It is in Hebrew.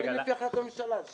פועלים לפי החלטת הממשלה.